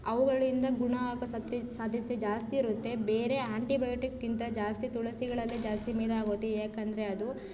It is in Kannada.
ಅವುಗಳಿಂದ ಗುಣ ಆಗೋ ಸತ್ತಿ ಸಾಧ್ಯತೆ ಜಾಸ್ತಿ ಇರುತ್ತೆ ಬೇರೆ ಆಂಟಿಬಯೋಟಿಕ್ಗಿಂತ ಜಾಸ್ತಿ ತುಳಸಿಗಳಲ್ಲಿ ಜಾಸ್ತಿ ಮೇಲೇ ಆಗುತ್ತೆ ಏಕೆಂದರೆ ಅದು